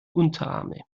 unterarme